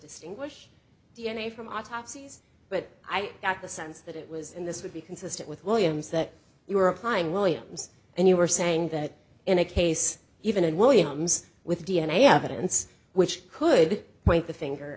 distinguish d n a from autopsies but i got the sense that it was in this would be consistent with williams that you were applying williams and you were saying that in a case even in williams with d n a evidence which could point the finger